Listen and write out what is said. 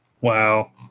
Wow